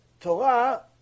Torah